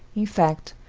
in fact,